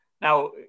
Now